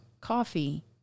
coffee